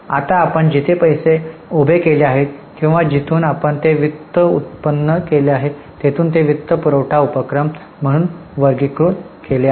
आता आपण जिथे पैसे उभे केले आहेत किंवा जिथून आपण ते वित्त उत्पन्न केले आहे तेथून ते वित्तपुरवठा उपक्रम म्हणून वर्गीकृत केले आहेत